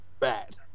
Bad